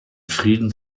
frieden